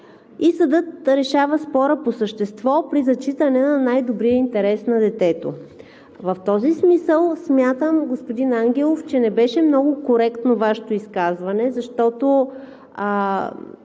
и съдът решава спора по същество при зачитане на най-добрия интерес на детето. В този смисъл смятам, господин Ангелов, че не беше много коректно Вашето изказване, защото